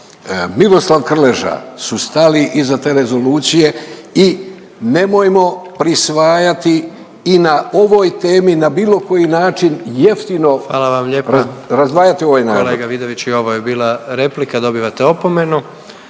Miroslav Krleža su stali iza te rezolucije i nemojmo prisvajati i na ovoj temi i na bilo koji način jeftino …/Upadica